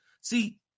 see